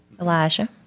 Elijah